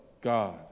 God